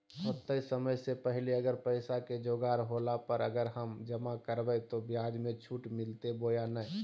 होतय समय से पहले अगर पैसा के जोगाड़ होला पर, अगर हम जमा करबय तो, ब्याज मे छुट मिलते बोया नय?